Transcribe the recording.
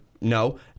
no